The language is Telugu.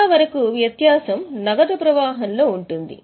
చాలావరకు వ్యత్యాసం నగదు ప్రవాహం లో ఉంటుంది